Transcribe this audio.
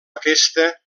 aquesta